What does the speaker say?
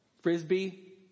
Frisbee